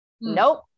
Nope